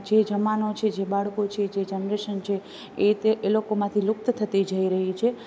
જે જમાનો છે જે બાળકો છે જે જનરેશન છે એતે એ લોકોમાંથી લુપ્ત થતી જઈ રહી છે